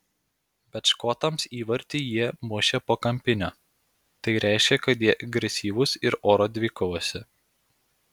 bet škotams įvartį jie mušė po kampinio tai reiškia kad jie agresyvūs ir oro dvikovose